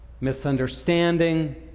misunderstanding